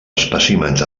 espècimens